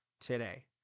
today